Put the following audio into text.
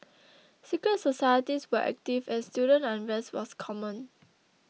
secret societies were active and student unrest was common